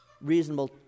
Reasonable